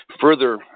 further